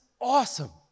awesome